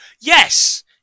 Yes